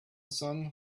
sun